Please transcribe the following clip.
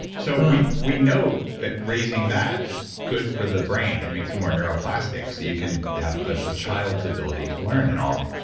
so we know that raising that is good for the brain. it makes you more neuroplastic, so you can have a child's ability to learn and all